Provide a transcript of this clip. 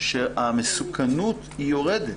שהמסוכנות יורדת.